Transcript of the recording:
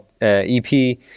EP